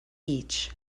each